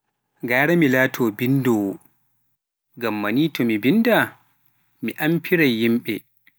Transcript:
Gara mi laato binndowoo, ngam ma ni to mi binnda, mi amfirai yimɓe.